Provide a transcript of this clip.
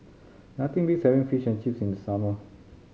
nothing beats having Fish and Chips in the summer